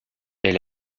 est